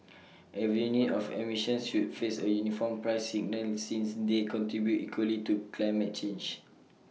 every unit of emissions should face A uniform price signal since they contribute equally to climate change